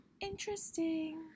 interesting